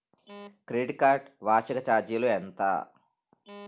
Credit card వార్షిక ఛార్జీలు ఎంత?